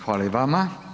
Hvala i vama.